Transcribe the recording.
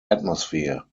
atmosphere